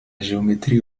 géométrie